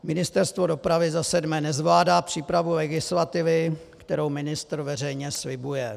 7. Ministerstvo dopravy nezvládá přípravu legislativy, kterou ministr veřejně slibuje.